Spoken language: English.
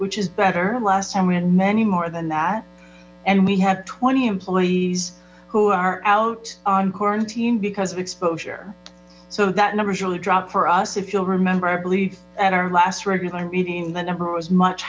which is better last time we had many more than that and we have twenty employees who are out on quarantine because of exposure so that number is really dropped for us if you'll remember i believe at our last regular meeting the number was much